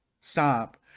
stop